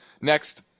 Next